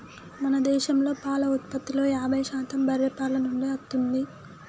మన దేశంలో పాల ఉత్పత్తిలో యాభై శాతం బర్రే పాల నుండే అత్తుంది